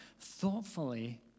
thoughtfully